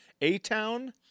A-Town